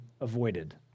avoided